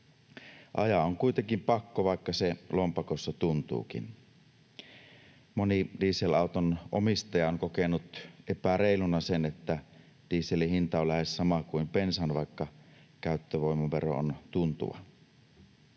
Ajaa on kuitenkin pakko, vaikka se lompakossa tuntuukin. Moni dieselauton omistaja on kokenut epäreiluna sen, että dieselin hinta on lähes sama kuin bensan, vaikka käyttövoimavero on tuntuva.